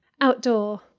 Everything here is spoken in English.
outdoor